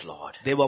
Lord